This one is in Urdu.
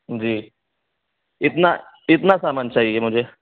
جی اتنا اتنا سامان چاہیے مجھے